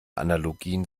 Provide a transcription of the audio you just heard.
analogien